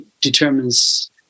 determines